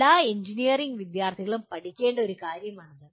എല്ലാ എഞ്ചിനീയറിംഗ് വിദ്യാർത്ഥികളും പഠിക്കേണ്ട ഒരു കാര്യമാണിത്